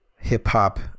hip-hop